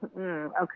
Okay